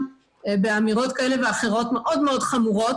באמירות כאלה ואחרות מאוד מאוד חמורות,